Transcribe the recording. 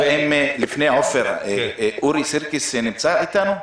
אורי סירקיס נמצא איתנו?